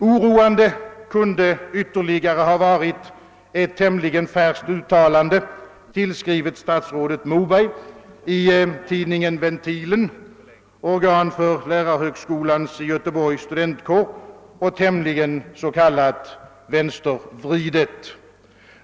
Oroande kunde ytterligare ha varit ett tämligen färskt uttalande — tillskrivet statsrådet Moberg — i tidningen Ventilen, som är organ för lärarhögskolans i Göteborg studentkår och vad man brukar kalla tämligen vänstervriden.